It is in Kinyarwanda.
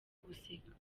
guseka